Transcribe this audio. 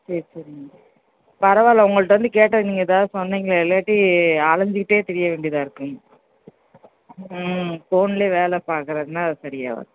சரி சரிங்க பரவாயில்ல உங்கள்கிட்ட வந்து கேட்டேன் நீங்கள் இதாவது சொன்னிங்களே இல்லாட்டி அலஞ்சுக்கிட்டே திரிய வேண்டியதாக இருக்கும் ம் ஃபோன்லே வேலை பார்க்கறதுன்னா அது சரியாகாது